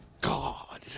God